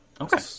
Okay